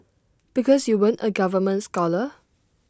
because you weren't A government scholar